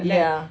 yeah